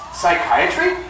psychiatry